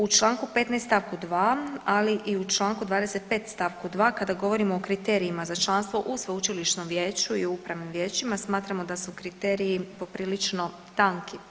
U članku 15. stavku 2. ali i u članku 25. stavku 2. kada govorimo o kriterijima za članstvo u Sveučilišnom vijeću i upravnim vijećima smatramo da su kriteriji poprilično tanki.